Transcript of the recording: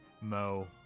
mo